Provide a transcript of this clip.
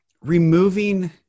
removing